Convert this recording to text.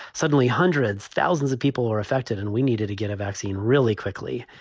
suddenly hundreds, thousands of people are affected. and we needed to get a vaccine really quickly.